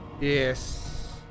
Yes